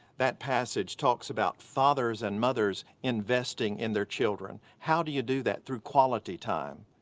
that passage talks about fathers and mothers investing in their children. how do you do that? through quality time.